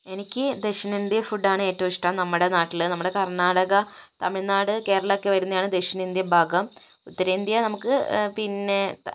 എനിക്ക് ദക്ഷിണേന്ത്യൻ ഫുഡാണ് ഏറ്റവും ഇഷ്ടം നമ്മുടെ നാട്ടില് നമ്മുടെ കർണ്ണാടക തമിഴ്നാട് കേരളമൊക്കെ വരുന്നതാണ് ദക്ഷിണേന്ത്യൻ ഭാഗം ഉത്തരേന്ത്യ നമുക്ക് പിന്നെ